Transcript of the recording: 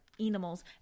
animals